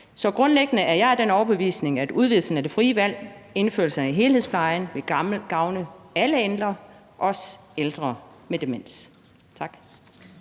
Så grundlæggende er jeg af den overbevisning, at udvidelsen af det frie valg og indførelsen af helhedsplejen vil gavne alle ældre, også ældre med demens. Tak.